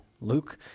Luke